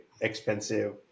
expensive